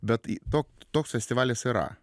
bet toks toks festivalis yra